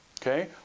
Okay